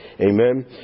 Amen